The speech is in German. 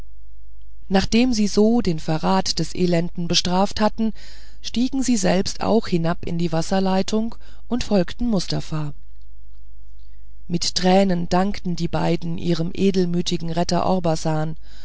nachdem sie so den verrat des elenden bestraft hatten stiegen sie selbst auch hinab in die wasserleitung und folgten mustafa mit tränen dankten die beiden ihrem edelmütigen retter orbasan